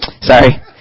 Sorry